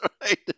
right